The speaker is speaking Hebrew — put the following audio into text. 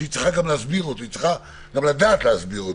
היא גם צריכה לדעת להסביר אותו,